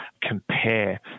compare